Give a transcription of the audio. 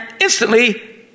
instantly